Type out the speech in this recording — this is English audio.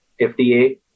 FDA